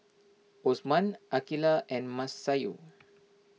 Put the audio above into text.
Osman Aqeelah and Masayu